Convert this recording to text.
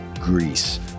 Greece